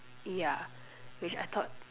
ya which I thought